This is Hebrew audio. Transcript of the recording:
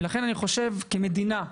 ולכן אני חושב שכמדינה,